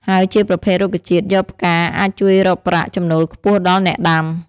ហើយជាប្រភេទរុក្ខជាតិយកផ្កាអាចជួយរកប្រាក់ ចំណូលខ្ពស់ដល់ អ្នកដាំ។